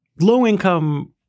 low-income